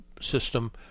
system